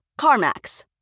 CarMax